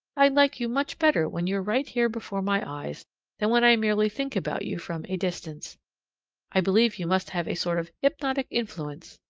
i like you much better when you're right here before my eyes than when i merely think about you from a distance i believe you must have a sort of hypnotic influence.